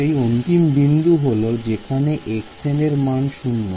সেই অন্তিম বিন্দুটি হল যেখানে xN এর মান 0